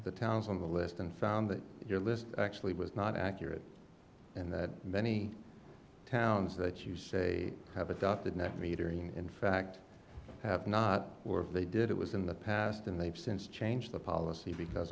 the towns on the list and found that your list actually was not accurate and many towns that you say have adopted net metering in fact have not or if they did it was in the past and they've since changed the policy because